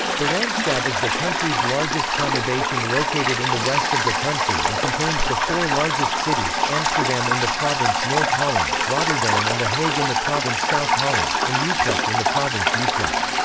the randstad is the country's largest conurbation located in the west of the country and contains the four largest cities amsterdam in the province north holland, rotterdam and the hague in the province south holland, and utrecht in the province utrecht.